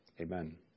Amen